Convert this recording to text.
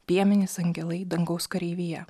piemenys angelai dangaus kareivija